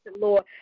Lord